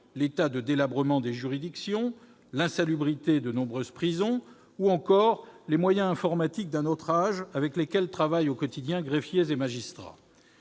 l'état de délabrement des juridictions, l'insalubrité de nombreuses prisons, ou encore les moyens informatiques d'un autre âge avec lesquels greffiers et magistrats